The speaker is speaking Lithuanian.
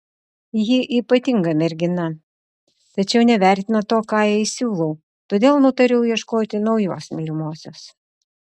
ji ypatinga mergina tačiau nevertina to ką jai siūlau todėl nutariau ieškoti naujos mylimosios